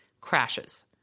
crashes